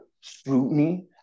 scrutiny